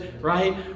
right